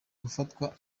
gufatwa